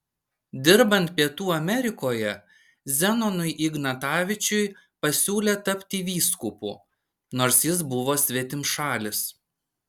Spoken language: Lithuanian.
dirbant pietų amerikoje zenonui ignatavičiui pasiūlė tapti vyskupu nors jis buvo svetimšalis